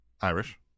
Irish